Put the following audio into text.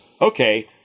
okay